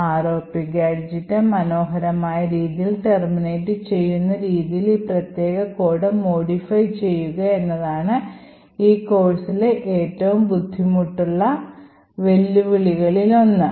ROP gadget മനോഹരമായ രീതിയിൽ terminate ചെയ്യുന്ന രീതിയിൽ ഈ പ്രത്യേക കോഡ് modify ചെയ്യുക എന്നത് ഈ കോഴ്സിലെ ഏറ്റവും ബുദ്ധിമുട്ടുള്ള വെല്ലുവിളികളിലൊന്നാണ്